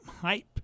hype